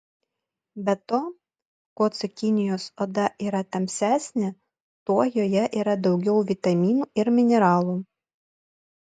be to kuo cukinijos oda yra tamsesnė tuo joje yra daugiau vitaminų ir mineralų